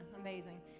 amazing